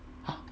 !huh!